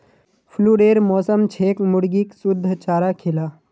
फ्लूरेर मौसम छेक मुर्गीक शुद्ध चारा खिला